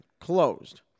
closed